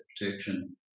protection